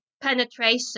penetration